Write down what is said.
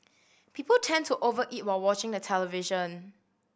people tend to over eat while watching the television